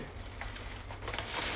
that was jayden's first movie